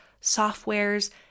softwares